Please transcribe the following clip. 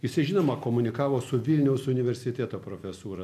jisai žinoma komunikavo su vilniaus universiteto profesūra